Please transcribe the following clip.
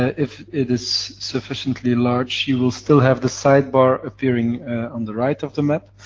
if it is sufficiently large, you will still have the sidebar appearing on the right of the map,